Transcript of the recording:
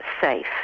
safe